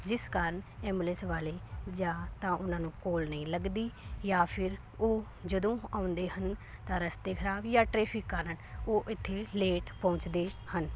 ਜਿਸ ਕਾਰਨ ਐਬੂਲੈਂਸ ਵਾਲੇ ਜਾਂ ਤਾਂ ਉਹਨਾਂ ਨੂੰ ਕੋਲ ਨਹੀਂ ਲੱਗਦੀ ਜਾਂ ਫਿਰ ਉਹ ਜਦੋਂ ਆਉਂਦੇ ਹਨ ਤਾਂ ਰਸਤੇ ਖਰਾਬ ਜਾਂ ਟਰੈਫਿਕ ਕਾਰਨ ਉਹ ਇੱਥੇ ਲੇਟ ਪਹੁੰਚਦੇ ਹਨ